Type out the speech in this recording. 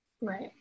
right